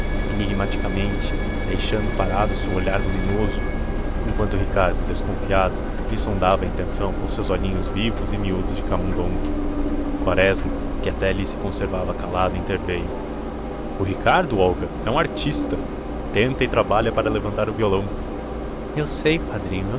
devagar enigmaticamente deixando parado o seu olhar luminoso enquanto ricardo desconfiado lhe sondava a intenção com os olhinhos vivos e miúdos de camundongo quaresma que até ali se conservava calado interveio o ricardo olga é um artista tenta e trabalha para levantar o violão eu sei padrinho